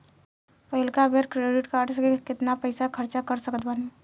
पहिलका बेर credit card से केतना पईसा खर्चा कर सकत बानी?